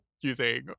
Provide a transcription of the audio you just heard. using